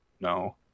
no